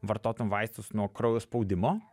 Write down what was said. vartotum vaistus nuo kraujo spaudimo